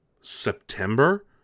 September